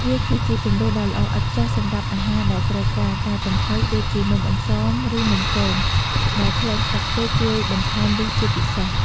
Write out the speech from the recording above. វាគឺជាជម្រើសដ៏ល្អឥតខ្ចោះសម្រាប់អាហារដែលត្រូវការ ការចំហុយ ដូចជានំអន្សម ឬនំគម ដែលក្លិនស្លឹកចេកជួយបន្ថែមរសជាតិពិសេស។